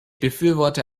befürworte